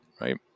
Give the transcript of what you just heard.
right